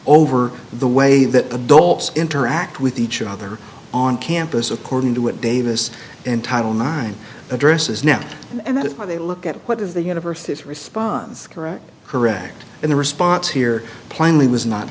over the way that adults interact with each other on campus according to what davis and title nine addresses now and that they look at what is the university's response correct correct and the response here plainly was not